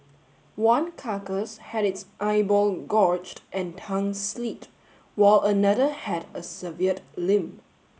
one carcass had its eyeball gorged and tongue slit while another had a severed limb